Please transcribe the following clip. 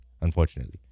unfortunately